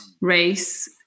race